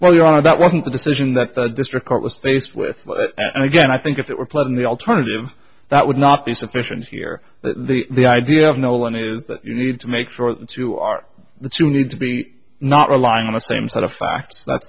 well you know that wasn't the decision that the district court was faced with and again i think if it were played in the alternative that would not be sufficient here the idea of no one is that you need to make sure that you are the two need to be not relying on the same set of facts that's